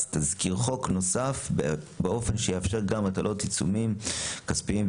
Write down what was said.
תזכיר חוק נוסף באופן שיאפשר גם הטלות עיצומים כספיים,